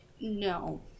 No